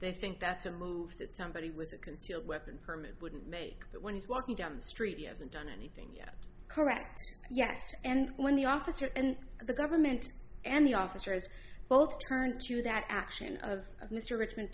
they think that's a move that somebody with a concealed weapon permit wouldn't make that when he's walking down the street you haven't done anything yet correct yes and when the officer and the government and the officers both turned to that action of mr richmond